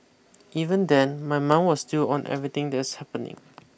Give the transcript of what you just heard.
even then my mind was still on everything that's happening